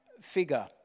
figure